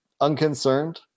unconcerned